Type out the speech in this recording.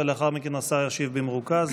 ולאחר מכן השר ישיב במרוכז.